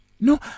no